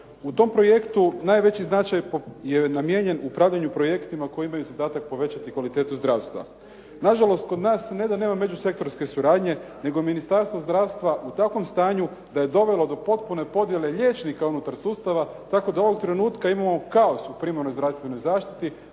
U tom projektu, najveći značaj je namijenjen u pravdanju projektima koji imaju zadatak povećati kvalitetu zdravstva. Nažalost, kod nas ne da nema međusektorske suradnje, nego je Ministarstvo zdravstva u takvom stanju da je dovelo do potpuno podjele liječnika unutar sustava, tako da ovog trenutka imamo kaos u primarnoj zdravstvenoj zaštiti